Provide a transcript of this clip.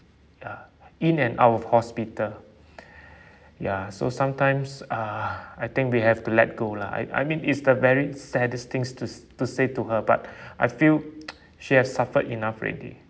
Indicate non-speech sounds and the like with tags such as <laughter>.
ya in and out of hospital <breath> ya so sometimes uh I think we have to let go lah I I mean it's the very saddest things to s~ to say to her but <breath> I feel <noise> she had suffered enough already